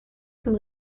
von